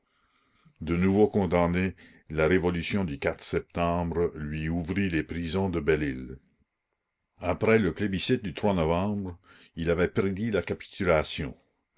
de nouveau condamné la révolution du septembre lui ouvrit les prisons de belle isle après le plébiscite du novembre il avait prédit la capitulation